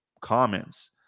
comments